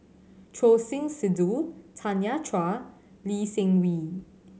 Choor Singh Sidhu Tanya Chua Lee Seng Wee